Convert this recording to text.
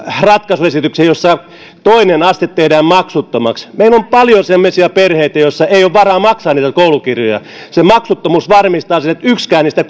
ratkaisuesitykseen jossa toinen aste tehdään maksuttomaksi meillä on paljon semmoisia perheitä joissa ei ole varaa maksaa niitä koulukirjoja se maksuttomuus varmistaa sen ettei yksikään niistä